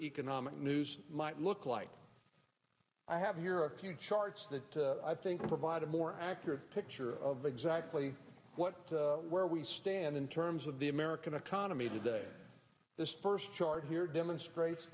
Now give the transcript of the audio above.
economic news might look like i have here a few charts that i think provide a more accurate picture of exactly what where we stand in terms of the american economy today this first chart here demonstrates